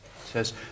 says